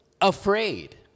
afraid